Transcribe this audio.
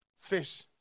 fish